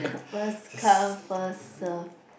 first come first serve